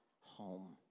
home